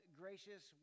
gracious